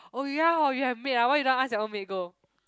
oh ya hor you have maid ah why you don't ask your own maid go